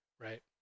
Right